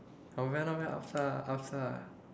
not bad not bad upz ah upz ah